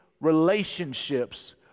relationships